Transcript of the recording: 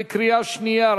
בקריאה שנייה.